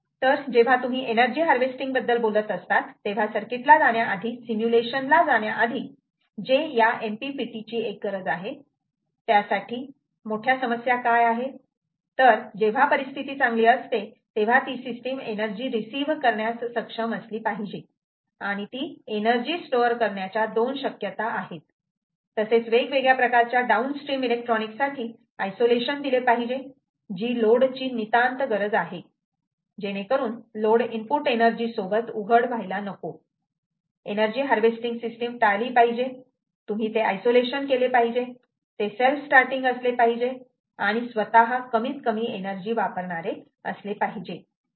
तर जेव्हा तुम्ही एनर्जी हार्वेस्टिंग बद्दल बोलत असतात तेव्हा सर्किट ला जाण्या आधी सिम्युलेशन ला जाण्याआधी जे या MPPT ची एक गरज आहे त्यासाठी मोठ्या समस्या काय आहेत तर जेव्हा परिस्थिती चांगली असते तेव्हा ती सिस्टीम एनर्जी रिसीव्ह करण्यास सक्षम असली पाहिजे आणि ती एनर्जी स्टोअर करण्याच्या दोन शक्यता आहेत तसेच वेगवेगळ्या प्रकारच्या डाऊन स्ट्रीम इलेक्ट्रॉनिक्स साठी आयसोलेशन दिले पाहिजे जी लोडची नितांत गरज आहे जेणेकरून लोड इनपुट एनर्जी सोबत उघड व्हायला नको एनर्जी हार्वेस्टिंग सिस्टीम टाळली पाहिजे तुम्ही ते आयसोलेशन केले पाहिजे ते सेल्फ स्टार्टिंग असले पाहिजे आणि स्वतः कमीत कमी एनर्जी वापरणारे असले पाहिजे